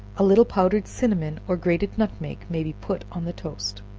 a little powdered cinnamon or grated nutmeg may be put on the toast.